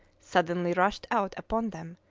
suddenly rushed out upon them,